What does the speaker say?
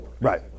Right